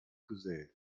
gesät